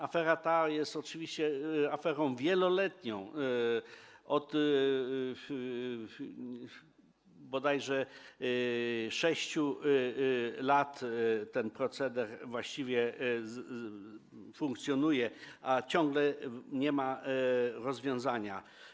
Afera ta jest oczywiście aferą wieloletnią, bodajże od 6 lat ten proceder właściwie funkcjonuje, a ciągle nie ma rozwiązania.